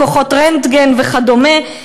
כוחות רנטגן וכדומה,